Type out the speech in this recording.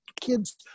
kids